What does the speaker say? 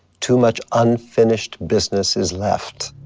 too much unfinished business is left.